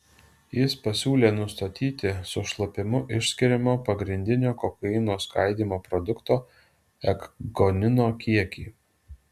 jis pasiūlė nustatyti su šlapimu išskiriamo pagrindinio kokaino skaidymo produkto ekgonino kiekį